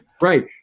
Right